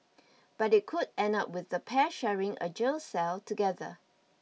but it could end up with the pair sharing a jail cell together